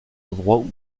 endroits